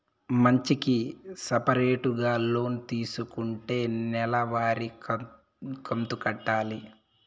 మంచికి సపరేటుగా లోన్ తీసుకుంటే నెల వారి కంతు కట్టాలి